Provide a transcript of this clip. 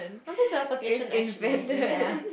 until teleportation actually ya